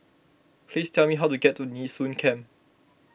please tell me how to get to Nee Soon Camp